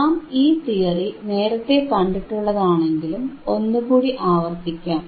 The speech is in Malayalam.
നാം ഈ തിയറി നേരത്തേ കണ്ടിട്ടുള്ളതാണെങ്കിലും ഒന്നുകൂടി ആവർത്തിക്കാം